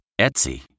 Etsy